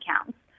accounts